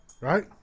right